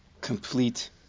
complete